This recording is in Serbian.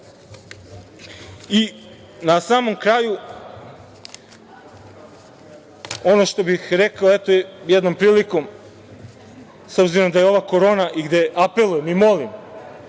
samom kraju, ono što bih rekao, jednom prilikom i s obzirom da je ova korona i gde apelujem i molim